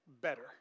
better